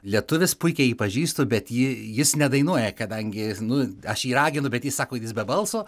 lietuvis puikiai jį pažįstu bet ji jis nedainuoja kadangi nu aš jį raginu bet jis sako jis be balso